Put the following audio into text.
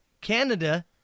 Canada